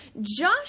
Josh